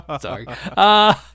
Sorry